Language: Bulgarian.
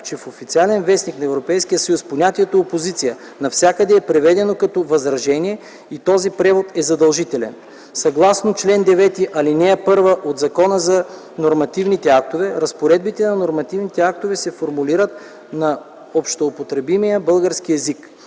че в „Официален вестник” на Европейския съюз понятието „опозиция” навсякъде е преведено като „възражение” и този превод е задължителен. Съгласно чл. 9, ал. 1 от Закона за нормативните актове „разпоредбите на нормативните актове се формулират на общоупотребимия български език”.